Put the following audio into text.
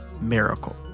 miracle